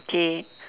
okay